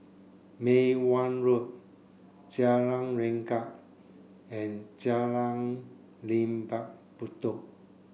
Mei Hwan Road Jalan Renga and Jalan Lembah Bedok